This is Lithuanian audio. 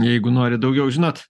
jeigu nori daugiau žinot